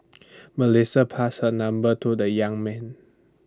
Melissa passed her number to the young man